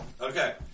Okay